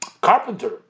carpenter